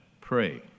pray